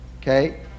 Okay